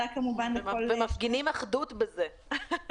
מפגינים אחדות בזה.